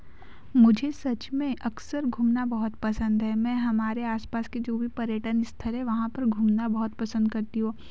मुझे सच में अक्सर घूमना बहुत पसंद है मैं हमारे आस पास के जो भी पर्यटक स्थल हैं वहाँ पर घूमना बहुत पसंद करती हूँ